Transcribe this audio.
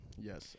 Yes